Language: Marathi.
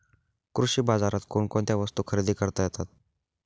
कृषी बाजारात कोणकोणत्या वस्तू खरेदी करता येतात